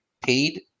paid